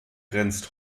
grenzt